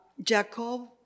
Jacob